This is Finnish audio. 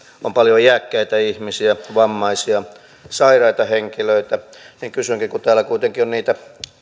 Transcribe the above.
on paljon iäkkäitä ihmisiä vammaisia sairaita henkilöitä kysynkin kun täällä kuitenkin on niitä